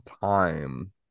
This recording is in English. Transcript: time